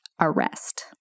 arrest